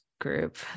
group